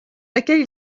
laquelle